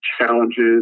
challenges